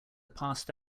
passed